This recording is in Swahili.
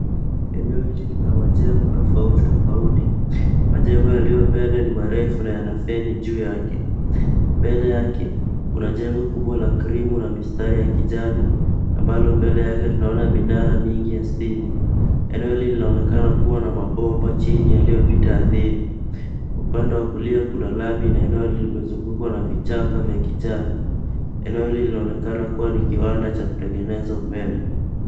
Eneo hili lina majengo tofauti tofauti. Majengo yaliyo mbele ni marefu na yana feni juu yake. Mbele yake kuna jengo kubwa la krimu na mistari ya kijani ambalo mbele yake tunaona minara mingi ya stima. Eneo hili linaonekana kua na mabomba chini yalio pita ardhini. Upande wa kulia kuna lami na eneo limezungukwa na vichaka vya kijani. Eneo hili linaonekana kuwa ni kiwanda cha kutengeneze umeme.